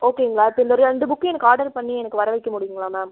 ஓகேங்களா இப்போ இந்த ரெண்டு புக்கையும் எனக்கு ஆர்டர் பண்ணி எனக்கு வரவைக்க முடியுங்களா மேம்